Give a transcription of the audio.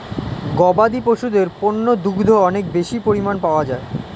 গবাদি পশুদের পণ্য দুগ্ধ অনেক বেশি পরিমাণ পাওয়া যায়